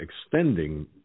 extending